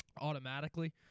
automatically